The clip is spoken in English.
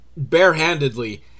Barehandedly